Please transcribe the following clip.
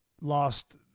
lost